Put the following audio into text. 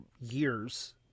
years